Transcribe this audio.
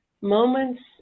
moments